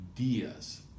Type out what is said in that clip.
ideas